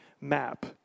map